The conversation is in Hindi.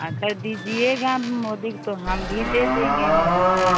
अगर दीजिएगा मोदी तो हम भी दे देंगे मोदी को